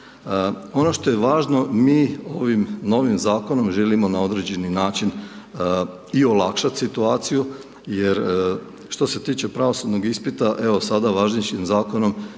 Ono što je važno, mi ovim novim zakonom, želimo na određeni način i olakšati situaciju, jer što se tiče pravosudnog ispita, evo, sada važećim zakonom,